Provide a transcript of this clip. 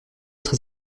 très